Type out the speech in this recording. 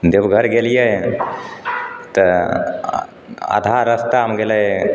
देवघर गेलिए तऽ आधा रस्तामे गेलै